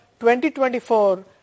2024